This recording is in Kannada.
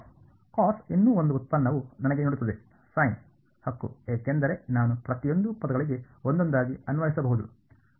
ಕಾಸ್ ಇನ್ನೂ ಒಂದು ಉತ್ಪನ್ನವು ನನಗೆ ನೀಡುತ್ತದೆ ಸೈನ್ ಹಕ್ಕು ಏಕೆಂದರೆ ನಾನು ಪ್ರತಿಯೊಂದು ಪದಗಳಿಗೆ ಒಂದೊಂದಾಗಿ ಅನ್ವಯಿಸಬಹುದು